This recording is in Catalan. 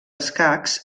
escacs